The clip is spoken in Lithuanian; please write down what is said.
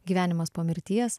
gyvenimas po mirties